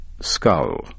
skull